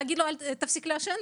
להגיד לו להפסיק לעשן?